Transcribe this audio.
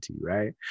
right